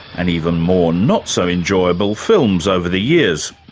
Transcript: and even more not so enjoyable, films over the years.